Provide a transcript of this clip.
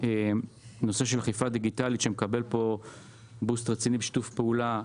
הנושא של אכיפה דיגיטלית מקבל בוסט רציני ושיתוף פעולה.